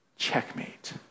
Checkmate